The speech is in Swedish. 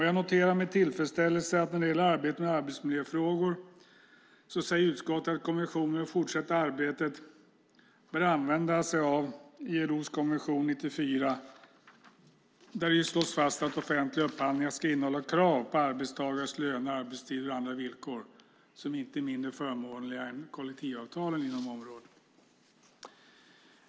Jag noterar med tillfredsställelse att utskottet när det gäller arbetet med arbetsmiljöfrågor säger att kommissionen i det fortsatta arbetet bör använda sig av ILO:s konvention 94, där det slås fast att offentliga upphandlingar ska innehålla krav på arbetstagares löner, arbetstider och andra villkor som inte är mindre förmånliga än kollektivavtalen inom området.